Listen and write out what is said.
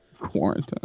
Quarantine